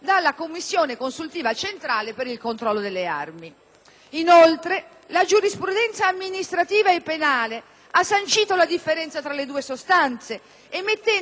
Inoltre, la giurisprudenza amministrativa e penale ha sancito la differenza tra le due sostanze, emettendo sentenze di assoluzione nel caso specifico